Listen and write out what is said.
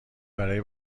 برای